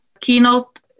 keynote